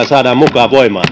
saadaan mukaan voimaan